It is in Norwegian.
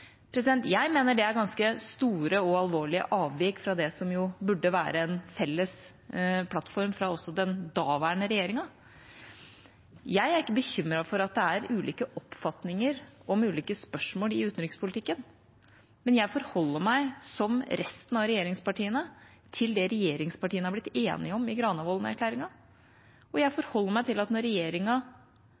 Jeg mener det er ganske store og alvorlige avvik fra det som burde være en felles plattform fra den daværende regjeringa. Jeg er ikke bekymret for at det er ulike oppfatninger om ulike spørsmål i utenrikspolitikken, men jeg forholder meg som resten av regjeringspartiene til det regjeringspartiene har blitt enige om i Granavolden-erklæringen. Jeg forholder meg til at når regjeringa